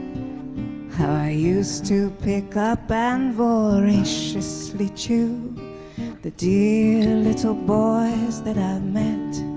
how i used to pick up and voraciously chew the dear little boys that i met